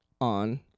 on